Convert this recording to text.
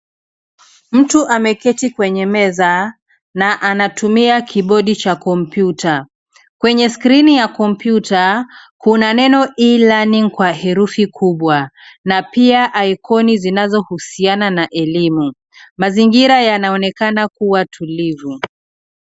Mtu ameketi kwenye meza na anatumia kibodi cha kompyuta. Kwenye skrini ya kompyuta, kuna neno e-learning kwa herufi kubwa na pia ikoni zinazohusiana na elimu. Mazingira yanaonekana kuwa tulivu.